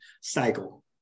cycle